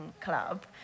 club